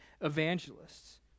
evangelists